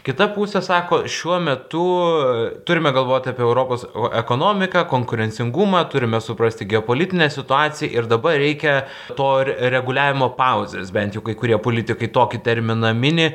kita pusė sako šiuo metu turime galvot apie europos ekonomiką konkurencingumą turime suprasti geopolitinę situaciją ir dabar reikia to reguliavimo pauzės bent jau kai kurie politikai tokį terminą mini